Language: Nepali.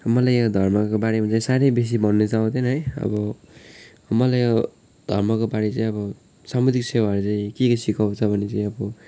मलाई यो धर्मको बारेमा चाहिँ साह्रै बेसी भन्नु चाहिँ आउँदैन है अब मलाई अब धर्मको बारे चाहिँ अब सामुदायिक सेवाहरू के के सिकाउँछ भने चाहिँ अब